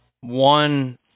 One